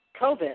COVID